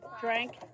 drank